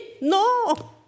No